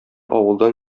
авылдан